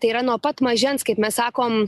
tai yra nuo pat mažens kaip mes sakom